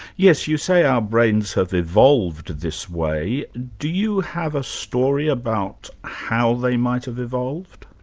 yes, you say our brains have evolved this way. do you have a story about how they might have evolved?